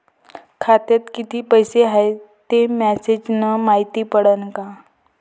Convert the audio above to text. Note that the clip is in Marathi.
खात्यात किती पैसा हाय ते मेसेज न मायती पडन का?